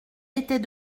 était